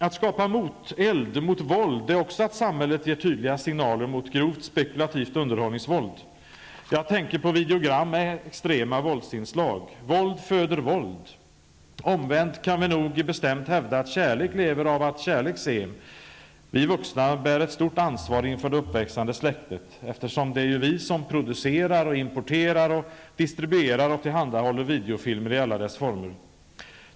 Att skapa moteld mot våld är för det fjärde också att samhället ger tydliga signaler mot grovt spekulativt underhållningsvåld. Jag tänker på videogram med extrema våldsinslag. Våld föder våld. Omvänt kan vi nog bestämt hävda att kärlek lever av att kärlek se. Vi vuxna bär ett stort ansvar inför det uppväxande släktet, eftersom det är vi som producerar, importerar, distribuerar och tillhandahåller videofilmer i alla dess former.